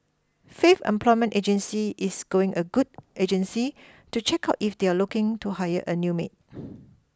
Faith Employment Agency is going a good agency to check out if they are looking to hire a new maid